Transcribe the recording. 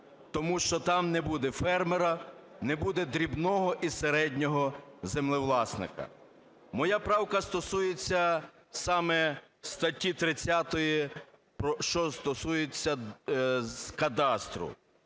тому що там не буде фермера, не буде дрібного і середнього землевласника. Моя правка стосується саме статті 30, що стосується кадастру,